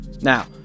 now